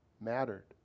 mattered